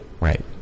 Right